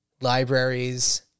libraries